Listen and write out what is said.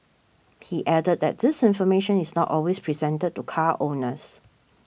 he added that this information is not always presented to car owners